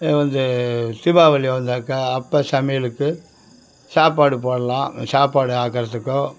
வந்து தீபாவளி வந்தாக்கா அப்போ சமையலுக்கு சாப்பாடு போடலாம் சாப்பாடு ஆக்குறத்துக்கோ